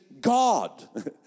God